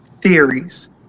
theories